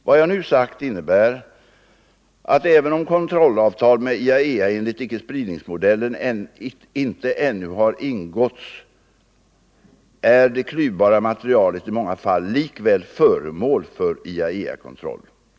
Vad jag nu har sagt innebär att även om kontrollavtal med IAEA enligt icke-spridningsmodellen inte ännu har ingåtts är det klyvbara materialet i många fall likväl föremål för IAEA-kontroll.